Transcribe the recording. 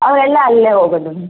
ಅವರೆಲ್ಲ ಅಲ್ಲೇ ಹೋಗೋದು